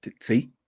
see